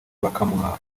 bakamuha